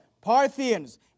Parthians